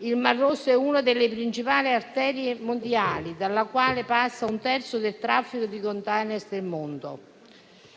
Il Mar Rosso è una delle principali arterie mondiali, dalla quale passa un terzo del traffico di *container* del mondo.